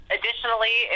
Additionally